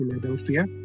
Philadelphia